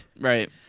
right